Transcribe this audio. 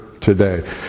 today